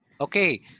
Okay